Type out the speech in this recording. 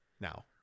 Now